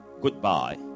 goodbye